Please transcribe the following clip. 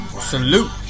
salute